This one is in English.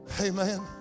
Amen